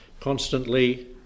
constantly